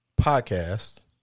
podcast